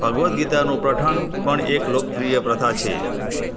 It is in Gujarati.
ભગવદ્ ગીતાનું પઠન પણ એક લોકપ્રિય પ્રથા છે